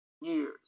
years